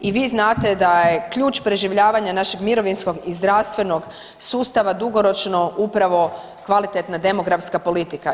I vi znate da je ključ preživljavanja našeg mirovinskog i zdravstvenog sustava dugoročno upravo kvalitetna demografska politika.